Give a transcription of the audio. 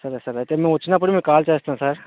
సరే సరే అయితే మేము వచ్చినప్పుడు మీకు కాల్ చేస్తాం సార్